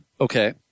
Okay